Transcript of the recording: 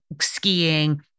skiing